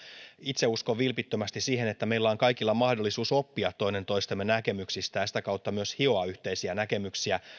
itse uskon vilpittömästi siihen että meillä on kaikilla mahdollisuus oppia toinen toistemme näkemyksistä ja sitä kautta myös hioa yhteisiä näkemyksiä